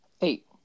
Eight